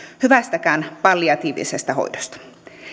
hyvästäkään palliatiivisesta hoidosta